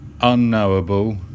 Unknowable